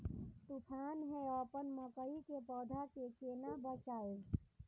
तुफान है अपन मकई के पौधा के केना बचायब?